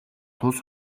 тус